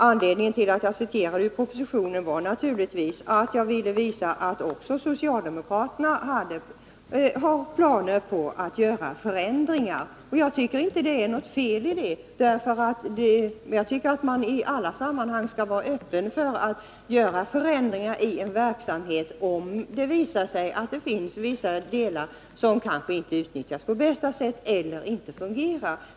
Anledningen till att jag citerade ur den socialdemokratiska motionen var naturligtvis att jag ville visa att också socialdemokraterna har planer på att göra förändringar. Det är inget fel i det. Jag tycker nämligen att man i alla sammanhang skall vara öppen för att göra förändringar i en verksamhet, om det visar sig, att vissa delar kanske inte utnyttjas på bästa sätt eller inte fungerar.